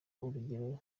urugero